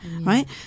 right